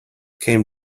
came